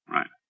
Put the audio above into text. Right